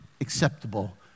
acceptable